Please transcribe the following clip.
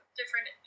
different